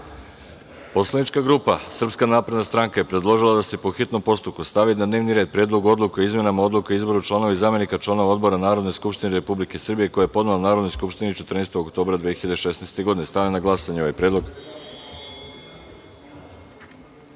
predlog. Poslanička grupa Srpska napredna stranka je predložila da se po hitnom postupku stavi na dnevni red Predlog odluke o izmenama Odluke o izboru članova i zamenika članova odbora Narodne skupštine Republike Srbije, koji je podnela Narodnoj skupštini 14. oktobra 2016. godine. Stavljam na glasanje ovaj